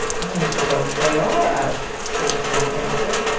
i suppose they are out, sigismund answered,